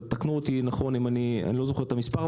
תקנו אותי אני לא זוכר את המספר,